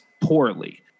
poorly